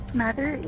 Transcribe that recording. mother